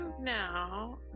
now